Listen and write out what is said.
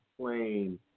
plain